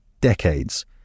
decades